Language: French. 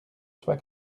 soi